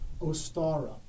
Ostara